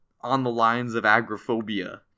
on-the-lines-of-agrophobia